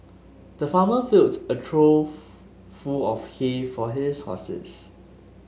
the farmer filled a trough full of hay for his horses